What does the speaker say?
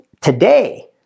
today